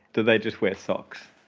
do they just wear socks?